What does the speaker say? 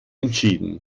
entschieden